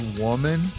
woman